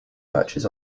matches